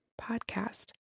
podcast